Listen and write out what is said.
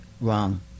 wrong